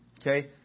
okay